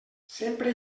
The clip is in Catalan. sempre